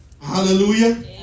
Hallelujah